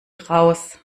raus